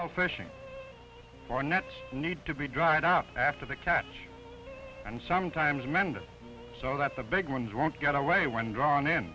of fishing or nets need to be dried up after the catch and sometimes mended so that the big ones won't get away when gone in